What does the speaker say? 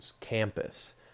campus